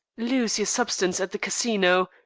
lose your substance at the casino,